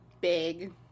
big